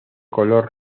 color